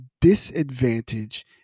disadvantage